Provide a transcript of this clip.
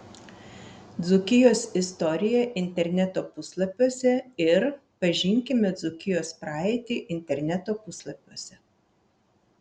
dzūkijos istorija interneto puslapiuose ir pažinkime dzūkijos praeitį interneto puslapiuose